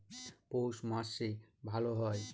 পৌষ মাসে ভালো হয়?